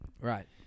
Right